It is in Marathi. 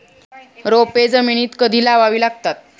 रोपे जमिनीत कधी लावावी लागतात?